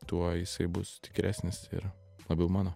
tuo jisai bus tikresnis ir labiau mano